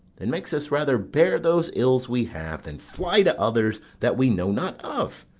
and makes us rather bear those ills we have than fly to others that we know not of?